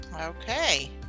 Okay